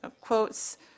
quotes